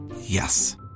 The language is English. Yes